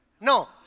No